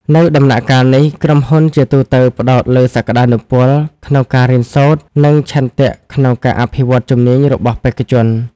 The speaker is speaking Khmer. នៅដំណាក់កាលនេះ ក្រុមហ៊ុនជាទូទៅផ្តោតលើសក្តានុពលក្នុងការរៀនសូត្រ និងឆន្ទៈក្នុងការអភិវឌ្ឍជំនាញរបស់បេក្ខជន។